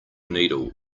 needle